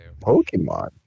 Pokemon